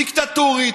דיקטטורית,